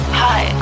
hi